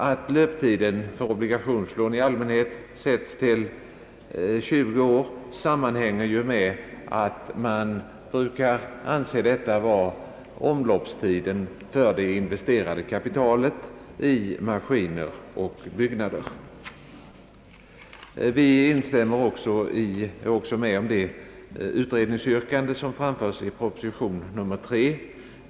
Att löptiden för obligationslån brukar sättas till 20 år sammanhänger med att detta anses vara den normala omloppstiden för kapital som investeras i maskiner och byggnader. Vi är också med om det utredningsyrkande som framförs i reservation nr 3.